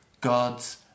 God's